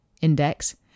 Index